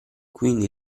quindi